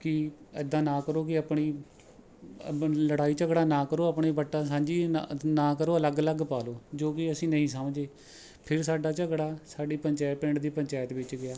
ਕਿ ਇੱਦਾਂ ਨਾ ਕਰੋ ਕਿ ਆਪਣੀ ਲੜਾਈ ਝਗੜਾ ਨਾ ਕਰੋ ਆਪਣੀ ਵੱਟਾਂ ਸਾਝੀ ਨਾ ਕਰੋ ਅਲੱਗ ਅਲੱਗ ਪਾ ਲਉ ਜੋ ਕਿ ਅਸੀਂ ਨਹੀਂ ਸਮਜੇ ਫਿਰ ਸਾਡਾ ਝਗੜਾ ਸਾਡੀ ਪੰਚਾਇਤ ਪਿੰਡ ਦੀ ਪੰਚਾਇਤ ਵਿੱਚ ਗਿਆ